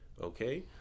okay